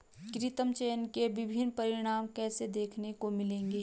कृत्रिम चयन के विभिन्न परिणाम कैसे देखने को मिलेंगे?